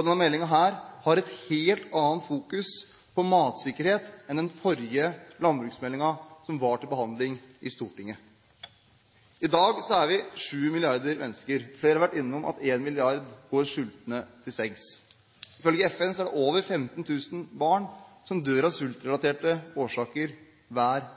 Denne meldingen har en helt annen fokusering på matsikkerhet enn den forrige landbruksmeldingen som var til behandling i Stortinget. I dag er vi sju milliarder mennesker. Flere har vært innom at en milliard går sultne til sengs. Ifølge FN er det over 15 000 barn som dør av sultrelaterte årsaker hver